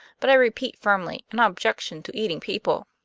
but i repeat firmly, an objection to eating people.